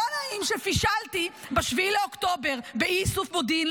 לא נעים שפישלתי ב-7 באוקטובר באי-איסוף מודיעין,